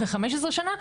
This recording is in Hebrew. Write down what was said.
אחרי 15 שנה,